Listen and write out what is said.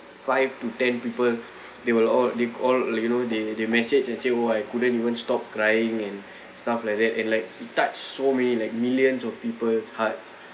five to ten people they'll all they all like you know they they message and say oh I couldn't even stop crying and stuff like that and like he touched so many like millions of people's hearts